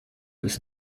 ist